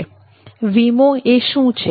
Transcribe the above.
તો વીમો એ શું છે